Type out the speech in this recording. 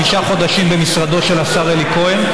חמישה חודשים במשרדו של השר אלי כהן,